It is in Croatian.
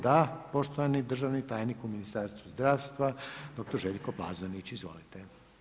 Da, poštovani državni tajnik u Ministarstvu zdravstva, dr. Željko Plazonić, izvolite.